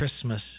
Christmas